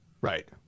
right